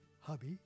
Hobby